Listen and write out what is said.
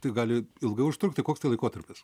tai gali ilgai užtrukti koks tai laikotarpis